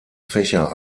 fächer